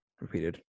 repeated